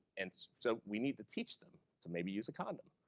and so we need to teach them to maybe use a condom.